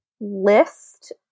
list